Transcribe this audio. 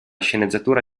sceneggiatura